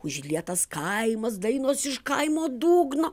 užlietas kaimas dainos iš kaimo dugno